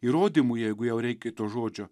įrodymų jeigu jau reikia to žodžio